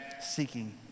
Seeking